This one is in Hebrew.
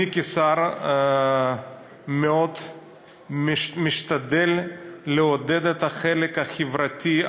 אני כשר מאוד משתדל לעודד את החלק החברתי,